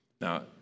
now